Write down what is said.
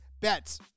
bets